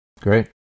Great